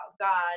god